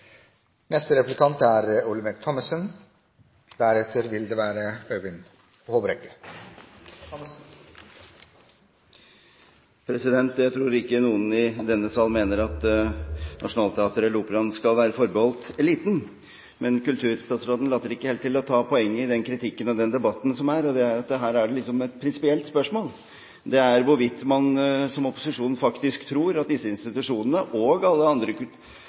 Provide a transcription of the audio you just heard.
Jeg tror ikke noen i denne sal mener at Nationaltheatret eller Operaen skal være forbeholdt eliten. Men kulturstatsråden later ikke helt til å ta poenget i den kritikken og den debatten vi har. Her er det liksom et prinsipielt spørsmål om hvorvidt – som opposisjonen faktisk tror – disse institusjonene og alle andre